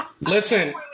Listen